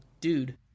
dude